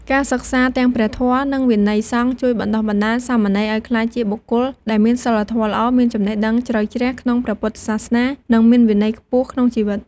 ការសិក្សាទាំងព្រះធម៌ និងវិន័យសង្ឃ ជួយបណ្តុះបណ្តាលសាមណេរឱ្យក្លាយជាបុគ្គលដែលមានសីលធម៌ល្អ មានចំណេះដឹងជ្រៅជ្រះក្នុងព្រះពុទ្ធសាសនា និងមានវិន័យខ្ពស់ក្នុងជីវិត។